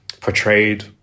portrayed